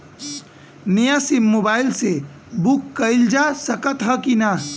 नया SIM mobile से book कइलजा सकत ह कि ना?